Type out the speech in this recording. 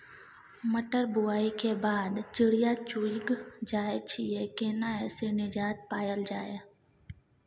मटर बुआई के बाद चिड़िया चुइग जाय छियै केना ऐसे निजात पायल जाय?